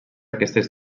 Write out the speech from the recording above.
aquestes